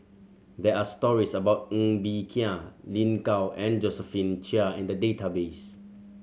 there are stories about Ng Bee Kia Lin Gao and Josephine Chia in the database